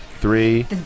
Three